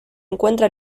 encuentra